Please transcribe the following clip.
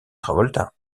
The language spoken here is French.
travolta